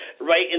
right